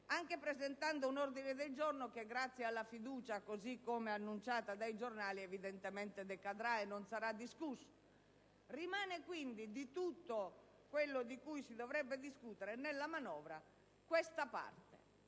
anche presentando un ordine del giorno che, grazie alla fiducia così come annunciata dagli organi di stampa, evidentemente decadrà e non sarà discusso. Rimane quindi, di tutto quello di cui si dovrebbe discutere nella manovra, questa parte,